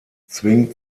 zwingt